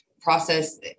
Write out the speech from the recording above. process